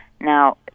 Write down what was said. Now